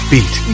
Beat